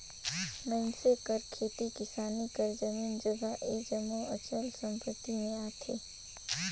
मइनसे कर खेती किसानी कर जमीन जगहा ए जम्मो अचल संपत्ति में आथे